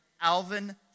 Alvin